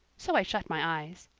so i shut my eyes.